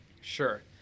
Sure